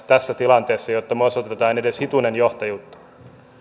tässä tilanteessa jotta me osoittaisimme edes hitusen johtajuutta